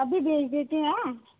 अभी भेज देते हैं